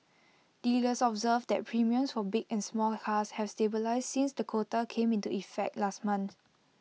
dealers observed that premiums for big and small cars have stabilised since the quota came into effect last month